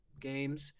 games